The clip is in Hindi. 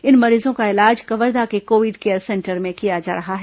इन मरीजों का इलाज कवर्धा के कोविड केयर सेंटर में किया जा रहा है